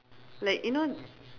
like you know